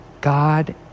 God